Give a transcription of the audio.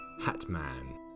HATMAN